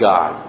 God